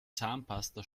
zahnpasta